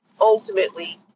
ultimately